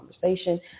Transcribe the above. conversation